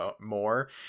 more